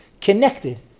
connected